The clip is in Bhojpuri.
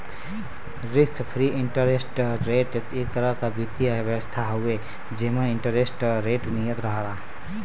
रिस्क फ्री इंटरेस्ट रेट एक तरह क वित्तीय व्यवस्था हउवे जेमन इंटरेस्ट रेट नियत रहला